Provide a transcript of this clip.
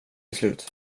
beslut